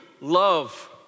love